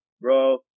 bro